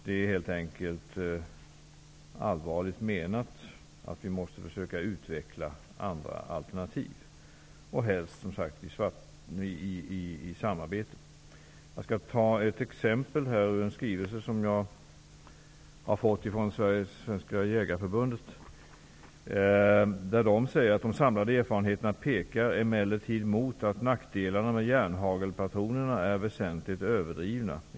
Det är helt enkelt allvarligt menat att vi måste försöka utveckla alternativ, och helst, som sagt, i samarbete. Jag skall ta ett exempel ur en skrivelse som jag har fått från Svenska jägareförbundet. Man skriver där: De samlade erfarenheterna pekar emellertid mot att nackdelarna med järnhagelpatronerna är väsentligt överdrivna.